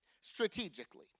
strategically